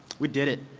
we did it.